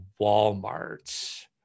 Walmart